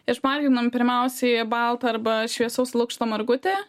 išmarginom pirmiausiai baltą arba šviesaus lukšto margutį